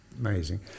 Amazing